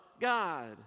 God